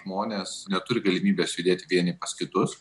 žmonės neturi galimybės judėti vieni pas kitus